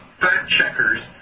fact-checkers